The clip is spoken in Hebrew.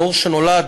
דור שנולד,